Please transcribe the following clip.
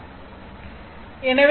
எனவே impedance Z X 0